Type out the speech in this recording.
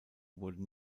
wurde